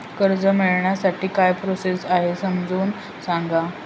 कर्ज मिळविण्यासाठी काय प्रोसेस आहे समजावून सांगा